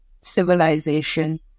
civilization